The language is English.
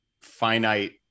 finite